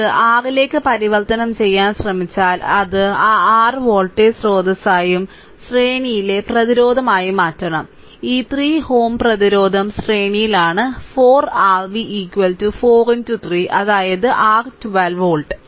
ഇത് r ലേക്ക് പരിവർത്തനം ചെയ്യാൻ ശ്രമിച്ചാൽ അത് ആ r വോൾട്ടേജ് സ്രോതസ്സായും ശ്രേണിയിലെ പ്രതിരോധമായും മാറ്റണം ഈ 3Ω പ്രതിരോധം ശ്രേണിയിലാണ് 4 r v 4 3 അതായത് r 12 വോൾട്ട്